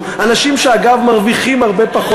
תודה רבה.